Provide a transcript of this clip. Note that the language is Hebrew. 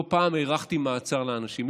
לא פעם הארכתי מעצר לאנשים.